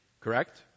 correct